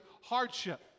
hardship